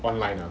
online ah